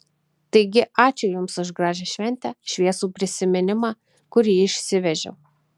taigi ačiū jums už gražią šventę šviesų prisiminimą kurį išsivežiau